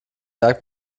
merkt